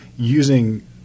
Using